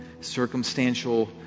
circumstantial